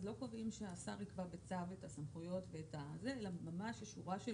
לא קובעים שהשר יקבע בצו את הסמכויות אלא ממש יש שורה של